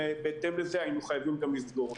ובהתאם לזה היינו גם חייבים לסגור אותם.